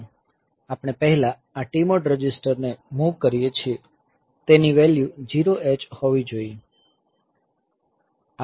આપણે પહેલા આ TMOD રજિસ્ટરને મૂવ કરીએ છીએ તેની વેલ્યુ 0H હોવી જોઈએ